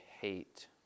hate